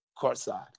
courtside